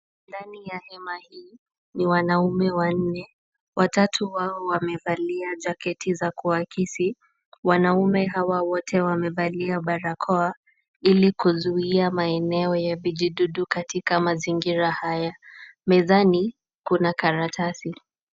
Ndani ya hema hii ni wanaume wanne , watatu wao wamevalia jaketi za kuakisi. Wanaume hawa wote wamevalia barakoa ili kuzuia maeneo ya vijidudu katika mazingira haya. Mezani kuna karatasi.